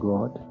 God